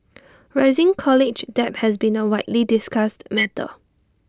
rising college debt has been A widely discussed matter